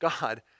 God